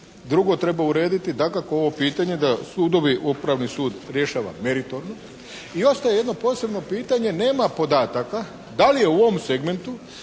drugo treba urediti dakako ovo pitanje da sudovi, Upravni sud rješava meritorno i ostaje jedno posebno pitanje nema podataka da li je u ovom segmentu